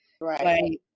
Right